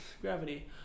Gravity